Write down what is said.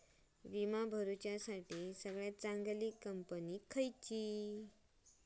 विमा भरुच्यासाठी सगळयात चागंली कंपनी खयची?